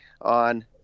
on